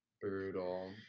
brutal